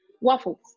waffles